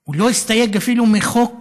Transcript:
הוא לא הסתייג אפילו מחוק